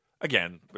again